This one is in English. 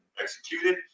executed